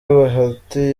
bahati